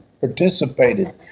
participated